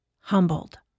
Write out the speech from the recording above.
humbled